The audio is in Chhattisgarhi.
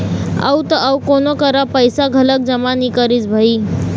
अउ त अउ कोनो करा पइसा घलोक जमा नइ करिस भई